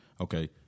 Okay